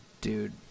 dude